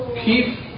Keep